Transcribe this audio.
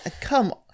Come